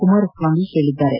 ಕುಮಾರಸ್ವಾಮಿ ಹೇಳಿದ್ದಾರೆ